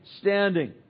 standing